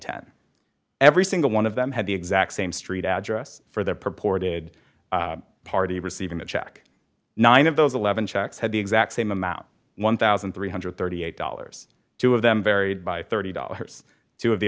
ten every single one of them had the exact same street address for their purported party receiving the check nine of those eleven checks had the exact same amount one thousand three hundred and thirty eight dollars two cents of them varied by thirty dollars two